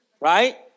right